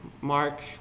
mark